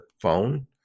phone